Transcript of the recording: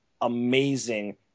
amazing